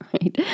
right